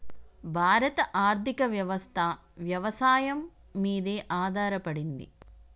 భారత ఆర్థికవ్యవస్ఠ వ్యవసాయం మీదే ఆధారపడింది